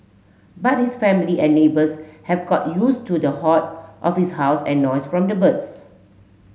but his family and neighbours have got used to the hoard of his house and noise from the birds